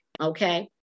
Okay